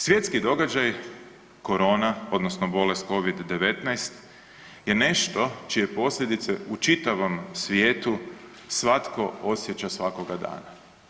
Svjetski događaj korona odnosno bolest Covid-19 je nešto čije posljedice u čitavom svijetu svatko osjeća svakoga dana.